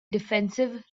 defensive